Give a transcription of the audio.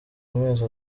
amezi